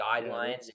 guidelines